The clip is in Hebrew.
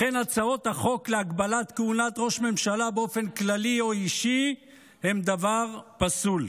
לכן הצעות החוק להגבלת כהונת ראש ממשלה באופן כללי או אישי הן דבר פסול,